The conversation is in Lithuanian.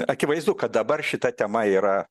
akivaizdu kad dabar šita tema yra